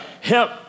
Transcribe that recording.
Help